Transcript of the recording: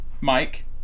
Mike